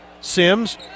Sims